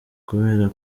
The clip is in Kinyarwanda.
kubera